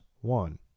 One